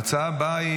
ההצעה הבאה היא